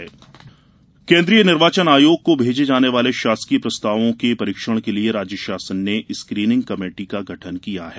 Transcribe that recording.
screening committee केन्द्रीय निर्वाचन आयोग को भेजे जाने वाले शासकीय प्रस्तावों के परीक्षण के लिए राज्य शासन ने स्क्रीनिंग कमेटी का गठन किया है